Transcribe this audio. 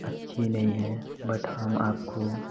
अच्छी नहीं हैं बट हम आपको